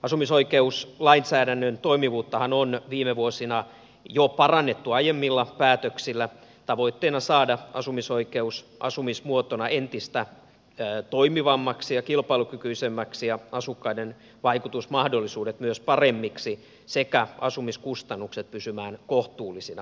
asumisoikeuslainsäädännön toimivuuttahan on viime vuosina jo parannettu aiemmilla päätöksillä tavoitteena saada asumisoikeus asumismuotona entistä toimivammaksi ja kilpailukykyisemmäksi ja asukkaiden vaikutusmahdollisuudet paremmiksi sekä asumiskustannukset pysymään kohtuullisina